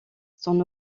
son